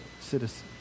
citizens